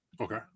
Okay